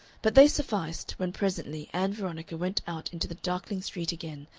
but they sufficed, when presently ann veronica went out into the darkling street again,